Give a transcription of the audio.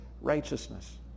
righteousness